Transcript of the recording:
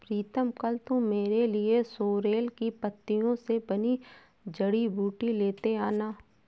प्रीतम कल तू मेरे लिए सोरेल की पत्तियों से बनी जड़ी बूटी लेते आना